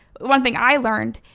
one thing i learned,